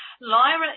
Lyra